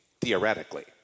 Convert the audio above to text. theoretically